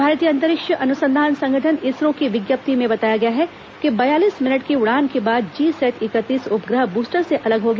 भारतीय अंतरिक्ष अनुसंधान संगठन इसरो की विज्ञप्ति में बताया गया है कि बयालीस मिनट की उड़ान के बाद जीसैट इकतीस उपग्रह बूस्टर से अलग हो गया